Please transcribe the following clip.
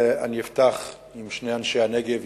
אני אפתח עם שני אנשי הנגב,